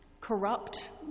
corrupt